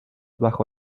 bajo